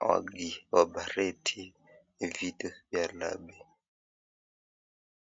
wakioparati vitu vya labi.